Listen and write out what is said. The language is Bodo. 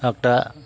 आग्दा